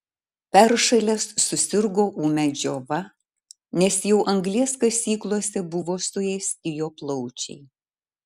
peršalęs susirgo ūmia džiova nes jau anglies kasyklose buvo suėsti jo plaučiai